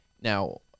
now